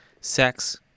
Sex